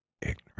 ignorant